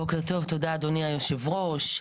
בוקר טוב, תודה אדוני יושב הראש.